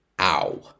ow